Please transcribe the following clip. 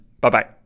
Bye-bye